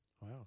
Wow